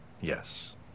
yes